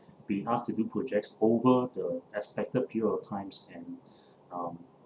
be asked to do projects over the expected period of times and um